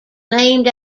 named